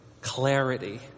clarity